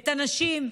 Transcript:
את הנשים,